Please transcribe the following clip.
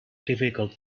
difficult